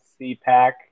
CPAC